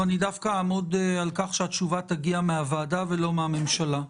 דווקא נעמוד על כך שהתשובה תגיע מן הוועדה ולא מן הממשלה.